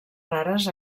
rares